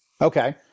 okay